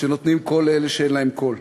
שנותנים קול לאלה שאין להם קול.